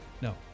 No